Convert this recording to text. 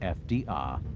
fdr,